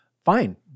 fine